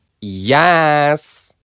Yes